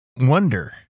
wonder